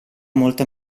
molta